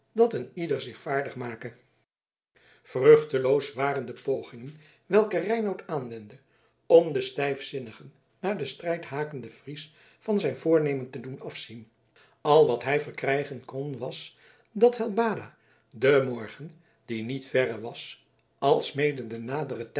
dat een ieder zich vaardig make vruchteloos waren de pogingen welke reinout aanwendde om den stijfzinnigen naar den strijd hakenden fries van zijn voornemen te doen afzien al wat hij verkrijgen kon was dat helbada den morgen die niet verre was alsmede de